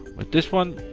with this one,